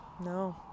No